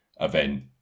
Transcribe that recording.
event